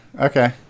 Okay